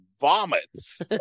vomits